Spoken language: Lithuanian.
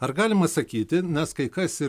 ar galima sakyti nes kai kas ir